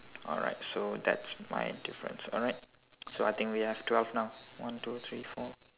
alright so that's my difference alright so I think we have twelve now one two three four